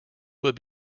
would